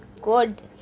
good